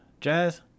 jazz